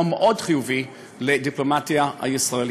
זה יום מאוד חיובי לדיפלומטיה הישראלית.